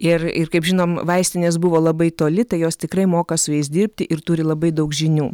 ir ir kaip žinom vaistinės buvo labai toli tai jos tikrai moka su jais dirbti ir turi labai daug žinių